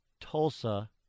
Tulsa